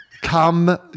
Come